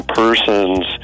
persons